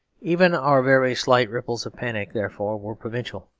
even our very slight ripples of panic, therefore, were provincial,